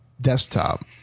desktop